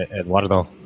Eduardo